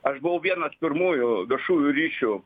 aš buvau vienas pirmųjų viešųjų ryšių